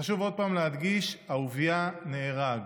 חשוב עוד פעם להדגיש, אהוביה נהרג.